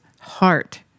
heart